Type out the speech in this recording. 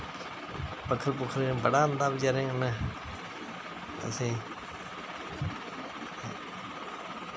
पक्खरुऐं पुक्खरुऐं बड़ा होंदा हा बचैरें उ'नें असेंगी